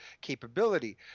capability